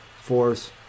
Force